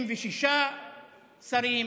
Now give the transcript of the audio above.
36 שרים,